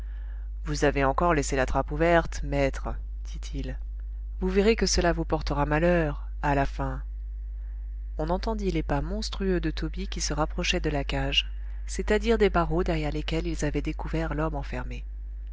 vous avez encore laissé la trappe ouverte maître dit-il vous verrez que cela vous portera malheur à la fin on entendit les pas monstrueux de tobie qui se rapprochaient de la cage c'est-à-dire des barreaux derrière lesquels ils avaient découvert l'homme enfermé